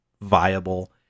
viable